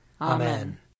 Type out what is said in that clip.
Amen